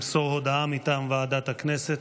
למסור הודעה מטעם ועדת הכנסת.